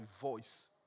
voice